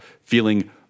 feeling